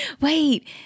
Wait